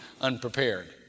unprepared